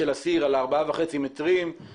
אני אשמח